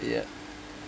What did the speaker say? ya